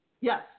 Yes